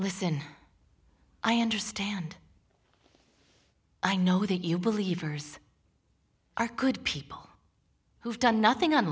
listen i understand i know that you believe are good people who have done nothing on